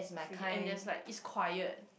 we end this like it's quite